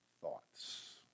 thoughts